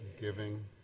giving